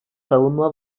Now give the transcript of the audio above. savunma